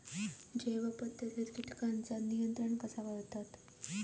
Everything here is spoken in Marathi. जैव पध्दतीत किटकांचा नियंत्रण कसा करतत?